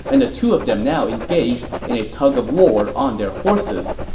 and the two of them now engaged in a tug-of-war on their horses.